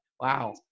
Wow